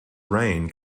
reign